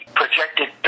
projected